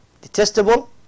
detestable